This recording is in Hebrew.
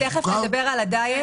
תיכף נדבר על הדיאט.